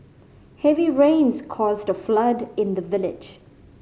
heavy rains caused a flood in the village